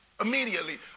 immediately